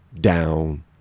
down